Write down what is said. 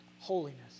holiness